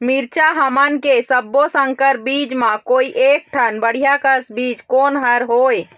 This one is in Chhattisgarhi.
मिरचा हमन के सब्बो संकर बीज म कोई एक ठन बढ़िया कस बीज कोन हर होए?